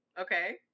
Okay